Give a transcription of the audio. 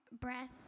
breath